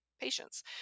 patients